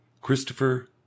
Christopher